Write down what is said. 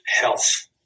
health